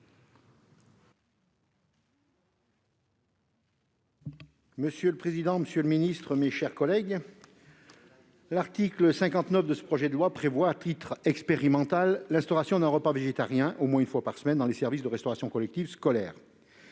Monsieur le président, monsieur le ministre, mes chers collègues, l'article 59 de ce projet de loi prévoit l'instauration, à titre expérimental, d'un repas végétarien au moins une fois par semaine dans les services de restauration collective scolaire.